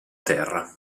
terra